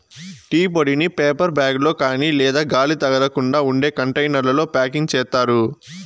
tea పొడిని paper bag లో కాని లేదా గాలి తగలకుండా ఉండే కంటైనర్లలో ప్యాకింగ్ చేత్తారు